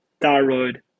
thyroid